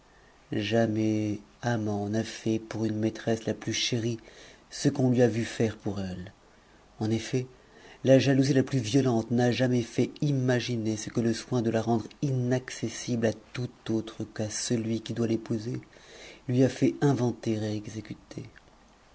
jamais amant n'a fait pour une maîtresse la plus chérie ce qu'on a faire pour elle en effet la jalousie la plus violente n'a jamais fait imaginer ce que le soin de la rendre inaccessible à tout autre qu'a qtu doit l'épouser lui a fait inventer et exécuter